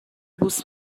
بوس